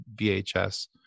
VHS